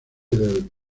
del